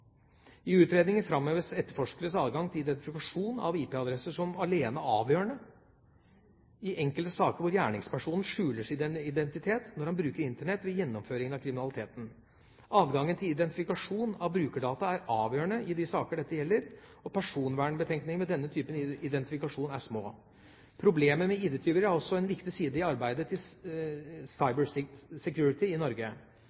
I utredningen framheves etterforskeres adgang til identifikasjon av IP-adresser som alene avgjørende i enkelte saker hvor gjerningspersonen skjuler sin identitet når han bruker Internett ved gjennomføringen av kriminalitet. Adgangen til identifikasjon av brukerdata er avgjørende i de saker dette gjelder, og personvernbetenkningene ved denne typen identifikasjon er små. Problemet med ID-tyverier er også en viktig side i arbeidet med cybersikkerheten i Norge. Den 18. januar i år mottok forsvarsministeren og jeg forslaget til